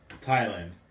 Thailand